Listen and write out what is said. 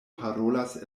parolas